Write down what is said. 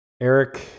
Eric